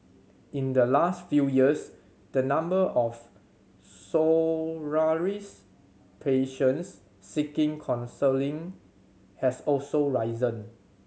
in the last few years the number of patients seeking counselling has also risen